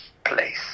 place